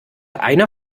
einer